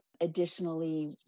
Additionally